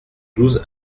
douze